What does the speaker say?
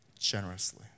generously